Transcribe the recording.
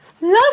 Love